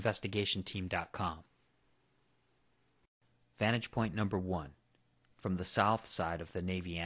investigation team dot com vantage point number one from the south side of the navy